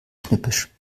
schnippisch